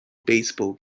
baseball